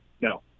No